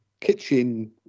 kitchen